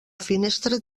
finestra